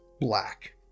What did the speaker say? black